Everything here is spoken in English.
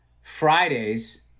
Fridays